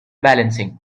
balancing